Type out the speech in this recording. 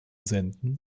senden